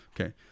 Okay